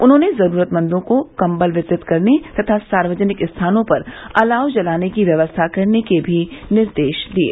उन्होंने जरूरत मंदों को कम्बल वितरित करने तथा सार्वजनिक स्थानों पर अलाव जलाने की व्यवस्था करने के भी निर्देश दिये